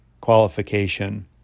qualification